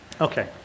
Okay